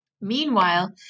Meanwhile